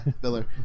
Filler